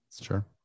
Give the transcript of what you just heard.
Sure